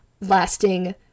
lasting